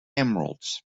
emeralds